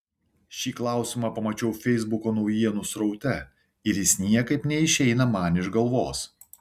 šį klausimą pamačiau feisbuko naujienų sraute ir jis niekaip neišeina man iš galvos